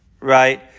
right